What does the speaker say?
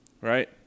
Right